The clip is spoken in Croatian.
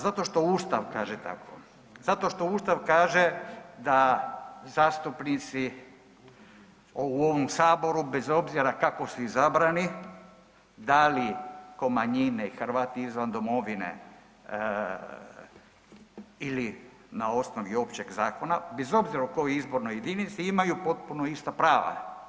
Zato što ustav kaže tako, zato što ustav kaže da zastupnici u ovom saboru bez obzira kako su izabrani da li ko manjine i Hrvati izvan domovine ili na osnovi općeg zakona bez obzira u kojoj izbornoj jedinici, imaju potpuno ista prava.